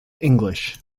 english